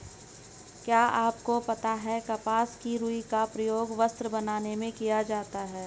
क्या आपको पता है कपास की रूई का प्रयोग वस्त्र बनाने में किया जाता है?